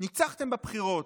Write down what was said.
ניצחתם בבחירות,